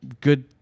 good